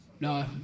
No